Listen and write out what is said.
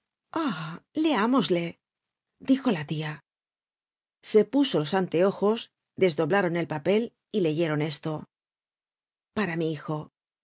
leámosle dijo la tia se puso los anteojos desdoblaron el papel y leyeron esto para mi hijo el